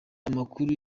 abakuru